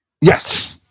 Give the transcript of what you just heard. Yes